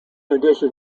addition